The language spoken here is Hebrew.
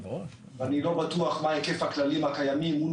אני לא בטוח מה היקף הכללים הקיימים מול